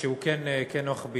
שהוא כן מכביד.